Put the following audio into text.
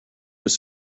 was